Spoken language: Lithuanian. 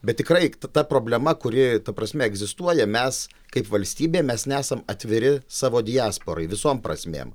bet tikrai ta problema kuri ta prasme egzistuoja mes kaip valstybė mes nesam atviri savo diasporai visom prasmėm